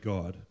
God